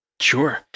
Sure